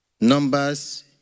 Numbers